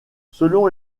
selon